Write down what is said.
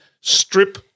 strip